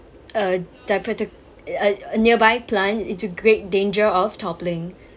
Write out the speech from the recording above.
a dipte~ a nearby plant into great danger of toppling